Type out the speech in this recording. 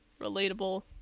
Relatable